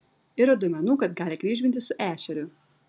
yra duomenų kad gali kryžmintis su ešeriu